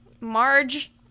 Marge